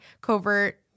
covert